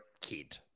kid